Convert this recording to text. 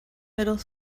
middle